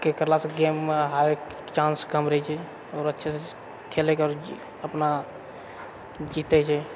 केँ करलासँ गेममे हारैके चान्स कम रहै छै आओर अच्छासँ खेलैके आओर अपना जीतै छै